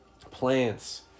Plants